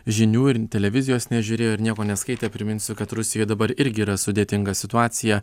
žinių ir televizijos nežiūrėjo ir nieko neskaitė priminsiu kad rusijoj dabar irgi yra sudėtinga situacija